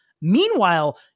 Meanwhile